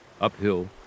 uphill